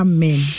Amen